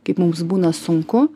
kaip mums būna sunku